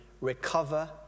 recover